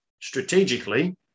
strategically